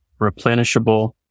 replenishable